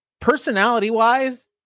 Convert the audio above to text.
Personality-wise